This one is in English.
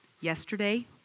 yesterday